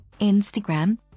Instagram